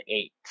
eight